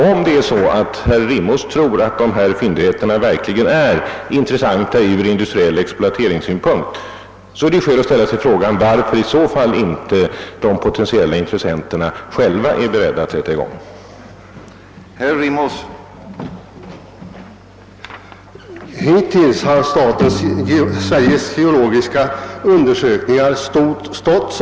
Om herr Rimås tror att de aktuella fyndigheterna verkligen är in tressanta från industriell exploateringssynpunkt, är det berättigat att ställa frågan varför i så fall de potentiella intressenterna inte själva är beredda att sätta i gång de begärda undersökningarna.